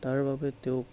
তাৰ বাবে তেওঁক